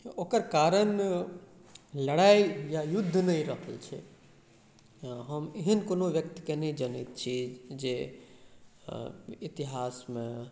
ओकर कारण लड़ाई या युद्ध नहि रहल छै हम एहन कोनो व्यक्तिके नहि जनैत छी जे इतिहासमे